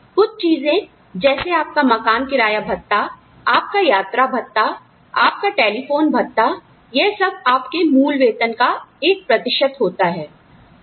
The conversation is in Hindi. कुछ चीजें जैसे आपका मकान किराया भत्ता आपका यात्रा भत्ता आपका टेलीफोन भत्ता यह सब आप के मूल वेतन का एक प्रतिशत होता हैं